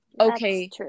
okay